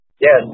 Yes